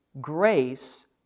grace